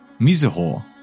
Mizuho